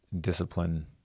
discipline